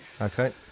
Okay